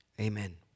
Amen